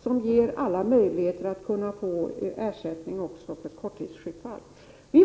som ger alla möjlighet att få ersättning även vid korttidssjukdom, skulle införas.